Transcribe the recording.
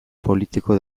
politiko